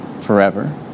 forever